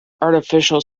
artificial